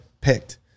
picked